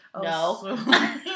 No